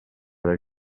del